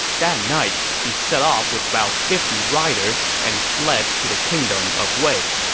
that night, he set off with about fifty riders and fled to the kingdom of wei